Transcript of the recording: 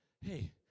Hey